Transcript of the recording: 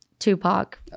Tupac